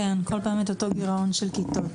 כל פעם אותו גירעון של כיתות.